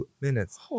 minutes